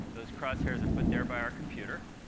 those crosshairs are put there by our computer.